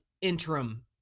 interim